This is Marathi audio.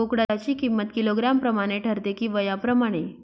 बोकडाची किंमत किलोग्रॅम प्रमाणे ठरते कि वयाप्रमाणे?